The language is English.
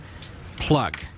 plug